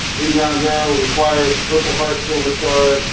in ground burial requires purple heart, silver star,